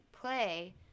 play